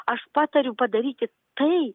aš patariu padaryti tai